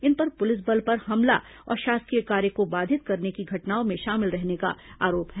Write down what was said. इन पर पुलिस बल पर हमला और शासकीय कार्य को बाधित करने की घटनाओं में शामिल रहने का आरोप है